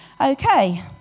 Okay